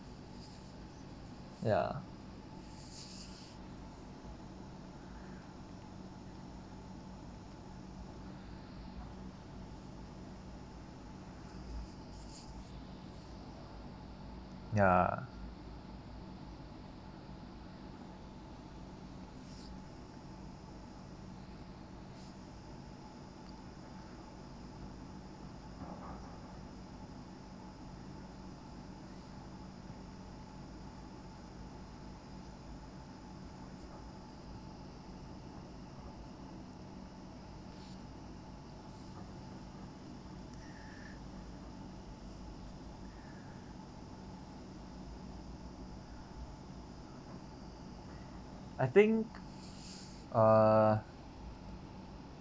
ya ya I think err